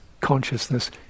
consciousness